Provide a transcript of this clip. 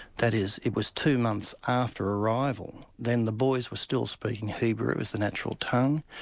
that is, it was two months after arrival, then the boys were still speaking hebrew as the natural tongue,